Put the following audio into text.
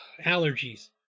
allergies